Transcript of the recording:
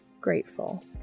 grateful